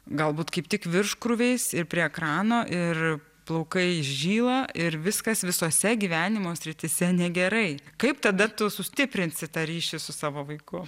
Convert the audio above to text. galbūt kaip tik virškrūviais ir prie ekrano ir plaukai žyla ir viskas visose gyvenimo srityse negerai kaip tada tu sustiprinsi tą ryšį su savo vaiku